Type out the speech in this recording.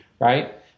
right